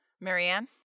Marianne